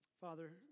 Father